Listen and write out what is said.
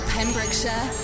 Pembrokeshire